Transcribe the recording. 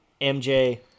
MJ